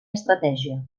estratègia